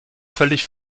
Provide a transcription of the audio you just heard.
völlig